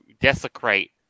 desecrate